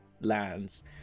lands